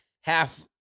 half